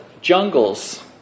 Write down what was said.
jungles